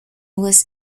was